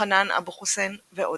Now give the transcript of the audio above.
חנאן אבו חוסיין ועוד.